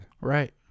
Right